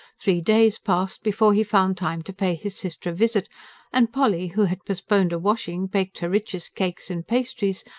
three days passed before he found time to pay his sister a visit and polly, who had postponed a washing, baked her richest cakes and pastries,